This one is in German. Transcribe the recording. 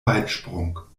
weitsprung